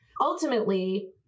ultimately